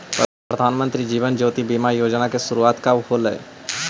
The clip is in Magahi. प्रधानमंत्री जीवन ज्योति बीमा योजना की शुरुआत कब होलई